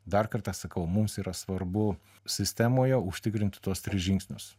dar kartą sakau mums yra svarbu sistemoje užtikrinti tuos tris žingsnius